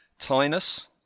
Tynus